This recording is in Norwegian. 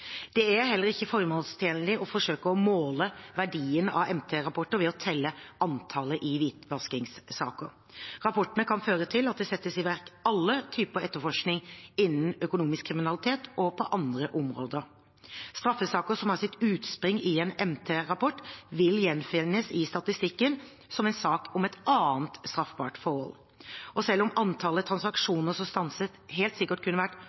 Det er heller ikke formålstjenlig å forsøke å måle verdien av MT-rapporter ved å telle antallet hvitvaskingssaker. Rapportene kan føre til at det settes i verk alle typer etterforskning innen økonomisk kriminalitet og på andre områder. Straffesaker som har sitt utspring i en MT-rapport, vil gjenfinnes i statistikken som en sak om et annet straffbart forhold. Selv om antallet transaksjoner som stanses, helt sikkert kunne vært